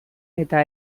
eta